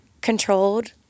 controlled